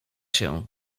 się